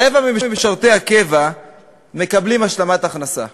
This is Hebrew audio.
רבע ממשרתי הקבע מקבלים השלמת הכנסה,